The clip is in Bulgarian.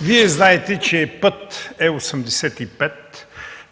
Вие знаете, че път Е 85